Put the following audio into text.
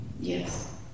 Yes